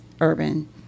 urban